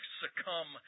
succumb